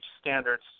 standards